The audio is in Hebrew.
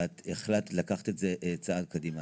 ואת החלטת לקחת את זה צעד קדימה.